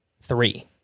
Three